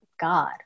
God